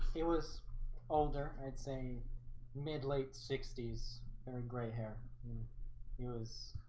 it was older i'd say mid late sixty s very gray hair he was